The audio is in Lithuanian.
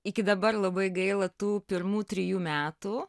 iki dabar labai gaila tų pirmų trijų metų